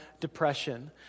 depression